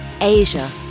Asia